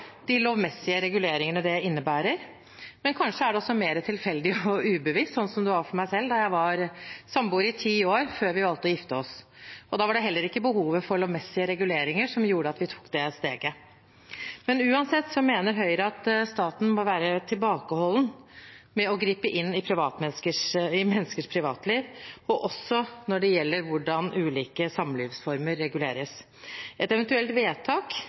de lovmessige reguleringer det innebærer. Kanskje er det mer tilfeldig og ubevisst, som det var for meg da jeg og min samboer valgte å være samboere i ti år før vi giftet oss. Da var det heller ikke behovet for lovmessige reguleringer som gjorde at vi tok det steget. Uansett mener Høyre at staten bør være tilbakeholden med å gripe inn i menneskers privatliv, også når det gjelder hvordan ulike samlivsformer reguleres. Et eventuelt vedtak